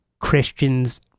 Christians